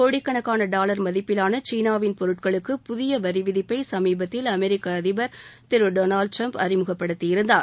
கோடிக்கணக்கான டாலர் மதிப்பிலான சீனாவின் பொருட்களுக்கு புதிய வரி விதிப்பை சமீபத்தில் அமெரிக்க அதிபர் திரு டிரம்ப் அறிமுகப்படுத்தியிருந்தார்